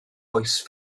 oes